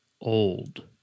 old